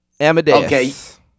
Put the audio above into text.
Amadeus